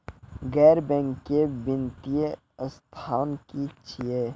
गैर बैंकिंग वित्तीय संस्था की छियै?